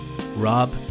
Rob